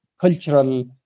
cultural